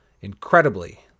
Incredibly